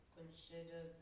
consider